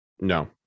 no